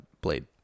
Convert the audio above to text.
Blade